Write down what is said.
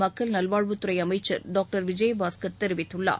மக்கள் நல்வாழ்வுத்துறை அமைச்சர் டாக்டர் விஜயபாஸ்கர் தெரிவித்துள்ளார்